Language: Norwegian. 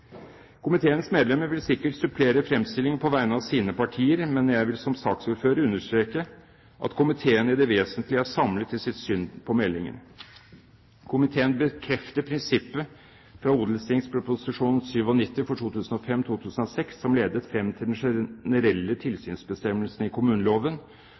Komiteens medlemmer vil sikkert supplere fremstillingen på vegne av sine partier. Men jeg vil som saksordfører understreke at komiteen i det vesentlige er samlet i sitt syn på meldingen. Komiteen bekrefter prinsippet fra Ot.prp. nr. 97 for 2005–2006, som ledet frem til den generelle tilsynsbestemmelsen i kommuneloven,